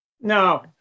No